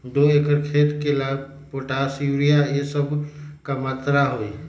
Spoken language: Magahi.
दो एकर खेत के ला पोटाश, यूरिया ये सब का मात्रा होई?